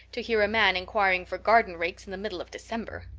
to hear a man inquiring for garden rakes in the middle of december.